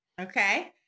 Okay